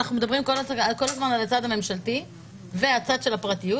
אנחנו מדברים כל הזמן על הצד הממשלתי והצד של הפרטיות,